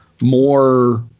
more